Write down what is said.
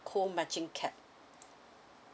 co matching cap